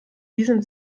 diesem